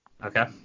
Okay